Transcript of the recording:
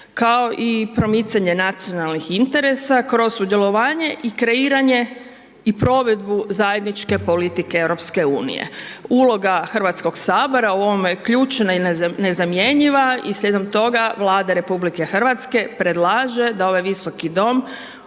kao i promicanje nacionalnih interesa kroz sudjelovanje i kreiranje i provedbi zajedničke politike EU-a. Uloga Hrvatskog sabora u ovome je ključna i nezamjenjiva i slijedom toga Vlada RH predlaže da ovaj Visoki dom